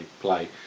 play